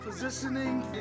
Positioning